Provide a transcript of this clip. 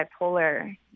bipolar